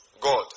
God